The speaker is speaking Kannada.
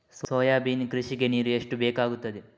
ಸೋಯಾಬೀನ್ ಕೃಷಿಗೆ ನೀರು ಎಷ್ಟು ಬೇಕಾಗುತ್ತದೆ?